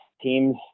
teams